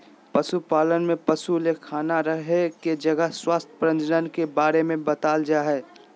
पशुपालन में पशु ले खाना रहे के जगह स्वास्थ्य प्रजनन बारे में बताल जाय हइ